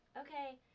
okay